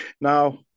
Now